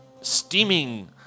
steaming